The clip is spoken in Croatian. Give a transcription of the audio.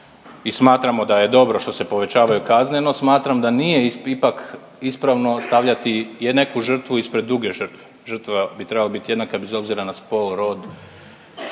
i smatramo da je dobro što se povećavaju kazne, no smatram da nije ipak ispravno stavljati neku žrtvu ispred druge žrtve, žrtva bi trebala biti jednaka bez obzira na spol, rod